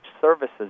services